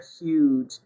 huge